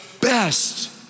best